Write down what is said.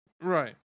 Right